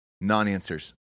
non-answers